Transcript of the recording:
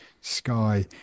Sky